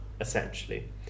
essentially